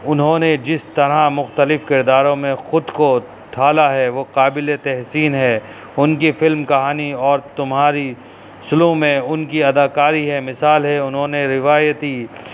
انہوں نے جس طرح مختلف کرداروں میں خود کو ڈھالا ہے وہ قابل تحسین ہے ان کی فلم کہانی اور تمہاری سلو میں ان کی اداکاری ہے مثال ہے انہوں نے روایتی